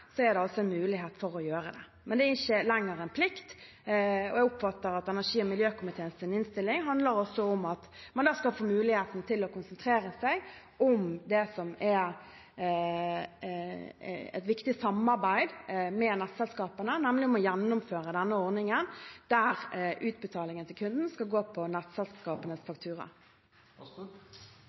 er det en mulighet for å gjøre det. Men det er ikke lenger en plikt. Jeg oppfatter at energi- og miljøkomiteens innstilling også handler om at man skal få muligheten til å konsentrere seg om det som er et viktig samarbeid med nettselskapene – nemlig å gjennomføre denne ordningen der utbetalingen til kunden skal gå på nettselskapenes